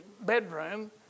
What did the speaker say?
bedroom